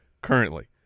currently